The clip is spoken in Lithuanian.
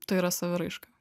tai yra saviraiška